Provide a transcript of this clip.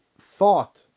thought